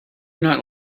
not